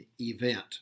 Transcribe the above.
event